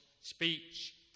speech